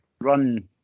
run